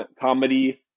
comedy